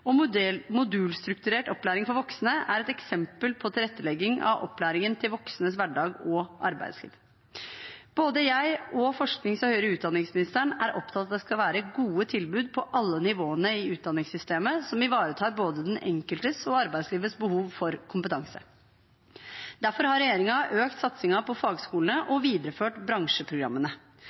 og tilrettelagt opplæring. Modulstrukturert opplæring for voksne er et eksempel på tilrettelegging av opplæringen til voksnes hverdag og arbeidsliv. Både forsknings- og høyere utdanningsministeren og jeg er opptatt av at det skal være gode tilbud på alle nivåene i utdanningssystemet som ivaretar både den enkeltes og arbeidslivets behov for kompetanse. Derfor har regjeringen økt satsingen på fagskolene og videreført bransjeprogrammene.